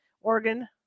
Oregon